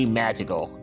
magical